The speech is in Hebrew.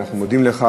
אנחנו מודים לך.